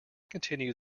continue